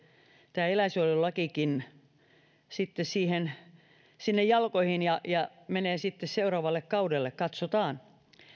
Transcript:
tämä eläinsuojelulakikin jää nyt sinne jalkoihin ja menee sitten seuraavalle kaudelle katsotaan